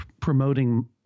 promoting